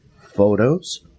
photos